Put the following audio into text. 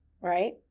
right